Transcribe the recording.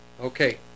Okay